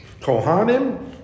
Kohanim